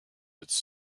its